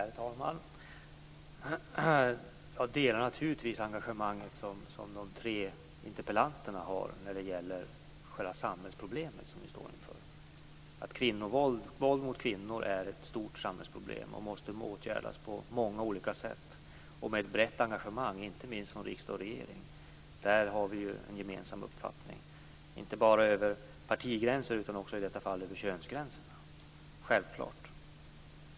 Herr talman! Jag delar naturligtvis det engagemang som interpellanten och de övriga debattdeltagarna har när det gäller själva det samhällsproblem som vi står inför. Våld mot kvinnor är ett stort samhällsproblem och måste åtgärdas på många olika sätt och med ett brett engagemang, inte minst från riksdag och regering. Där har vi en gemensam uppfattning inte bara över partigränserna utan i detta fall också över könsgränserna. Självklart.